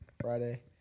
Friday